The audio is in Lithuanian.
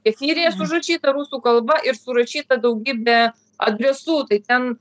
kefyrinės užrašyta rusų kalba ir surašyta daugybė adresų tai ten